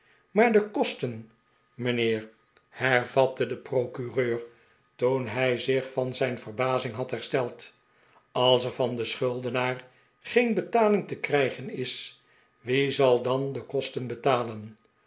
maar de kosten mijnheer hervatte de procureur toen hij zich van zijn verbazing had hersteld als er van den schuldenaar geen betaling te krijgen is wie zal dan de kosten betalen